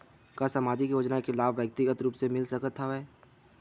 का सामाजिक योजना के लाभ व्यक्तिगत रूप ले मिल सकत हवय?